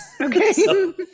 Okay